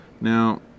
Now